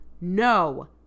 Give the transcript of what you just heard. no